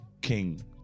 King